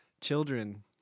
Children